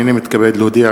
הנני מתכבד להודיע,